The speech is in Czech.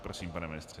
Prosím, pane ministře.